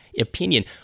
opinion